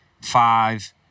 five